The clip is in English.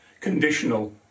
conditional